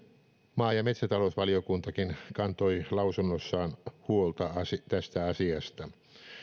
maa ja metsätalousvaliokuntakin kantoi lausunnossaan huolta tästä asiasta